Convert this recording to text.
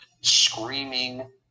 screaming